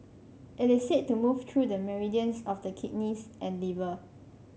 it is said to move through the meridians of the kidneys and liver